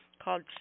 called